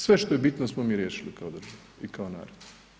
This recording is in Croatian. Sve što je bitno smo mi riješili kao država i kao narod.